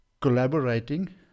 collaborating